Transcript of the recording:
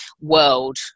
world